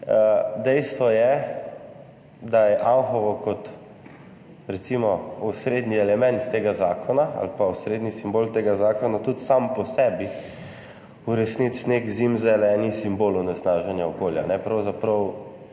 Dejstvo je, da je Anhovo kot recimo osrednji element tega zakona ali pa osrednji simbol tega zakona tudi sam po sebi v resnici nek zimzeleni simbol onesnaženja okolja.